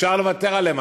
אפשר לוותר עליהם,